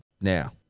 Now